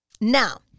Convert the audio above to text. Now